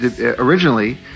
originally